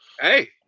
hey